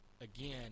Again